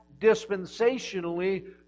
dispensationally